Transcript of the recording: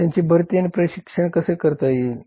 त्यांची भरती आणि प्रशिक्षण कसे करता येईल